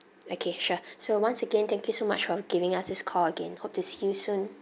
okay sure so once again thank you so much for giving us this call again hope to see you soon